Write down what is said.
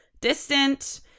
distant